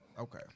Okay